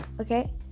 Okay